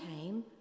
came